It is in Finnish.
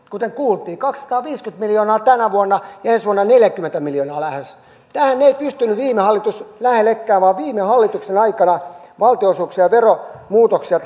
kuten kuultiin kaksisataaviisikymmentä miljoonaa tänä vuonna ja lähes neljäkymmentä miljoonaa ensi vuonna tähän ei pystynyt viime hallitus ei lähellekään vaan viime hallituksen aikana valtionosuus ja veromuutoksia